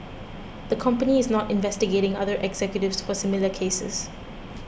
the company is not investigating other executives for similar cases